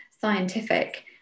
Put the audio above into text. scientific